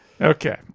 okay